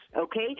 okay